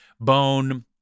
bone